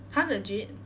!huh! legit